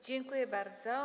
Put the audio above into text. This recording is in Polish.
Dziękuję bardzo.